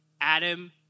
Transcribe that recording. Adam